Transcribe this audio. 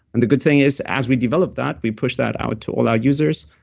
and the good thing is, as we develop that, we push that out to all our users,